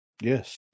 Yes